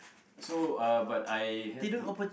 so uh but I have to